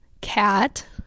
cat